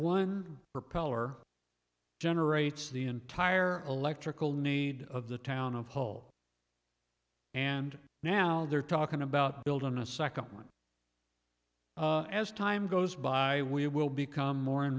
one propeller generates the entire electrical needs of the town of whole and now they're talking about build on a second point as time goes by we will become more and